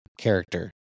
character